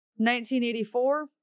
1984